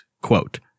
Quote